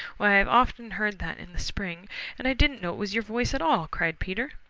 why, i've often heard that in the spring and didn't know it was your voice at all, cried peter.